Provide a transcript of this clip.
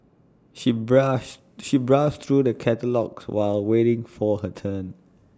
she browse she browsed through the catalogues while waiting for her turn